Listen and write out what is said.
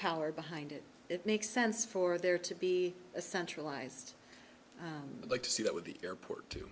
power behind it it makes sense for there to be a centralized like to see that with the airport to